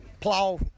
plow